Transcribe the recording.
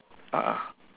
a'ah